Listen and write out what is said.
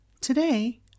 Today